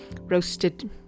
roasted